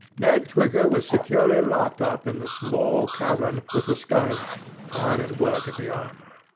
ned twigger was securely locked up in the small cavern with the sky light, hard at work at the armour.